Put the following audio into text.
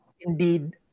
indeed